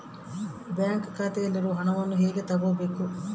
Bank ಖಾತೆಯಲ್ಲಿರುವ ಹಣವನ್ನು ಹೇಗೆ ತಗೋಬೇಕು?